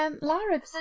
Lara